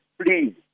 please